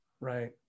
Right